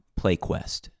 PlayQuest